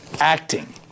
Acting